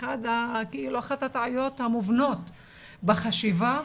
הטעויות המובנות בחשיבה,